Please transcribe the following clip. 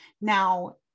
now